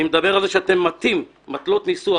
אני מדבר על זה שאתם מטים מטלות ניסוח,